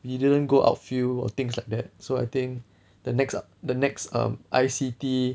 we didn't go outfield or things like that so I think the next the next err I_C_T